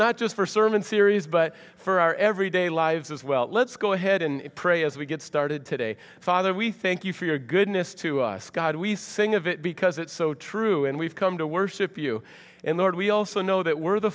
not just for sermon series but for our everyday lives as well let's go ahead and pray as we get started today father we thank you for your goodness to us god we sing of it because it's so true and we've come to worship you and lord we also know that we're the